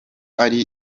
ari